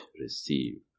receive